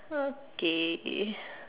okay